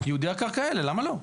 ייעודי הקרקע האלה, למה לא?